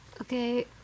Okay